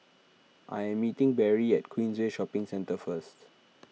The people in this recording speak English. I am meeting Berry at Queensway Shopping Centre first